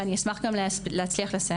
ואני אשמח להצליח לסיים.